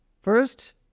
First